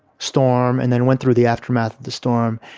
storm and then went through the aftermath of the storm,